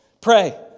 Pray